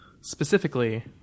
Specifically